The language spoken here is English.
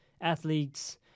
athletes